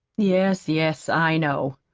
yes, yes, i know,